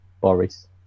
Boris